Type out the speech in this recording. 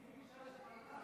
אבל היא ביקשה לפניי.